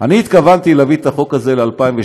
אני התכוונתי להביא את החוק הזה ל-2017,